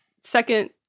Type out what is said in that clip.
second